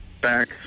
back